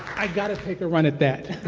i gotta take a run at that.